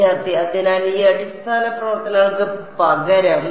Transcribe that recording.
വിദ്യാർത്ഥി അതിനാൽ ഈ അടിസ്ഥാന പ്രവർത്തനങ്ങൾക്ക് പകരം